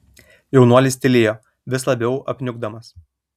jaunuolis tylėjo vis labiau apniukdamas